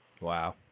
Wow